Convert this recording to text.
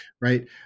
right